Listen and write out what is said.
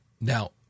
Now